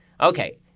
Okay